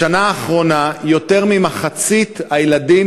בשנה האחרונה יותר ממחצית מהילדים